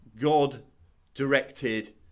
God-directed